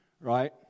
right